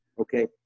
okay